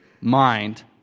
mind